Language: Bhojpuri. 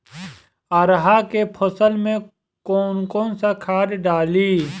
अरहा के फसल में कौन कौनसा खाद डाली?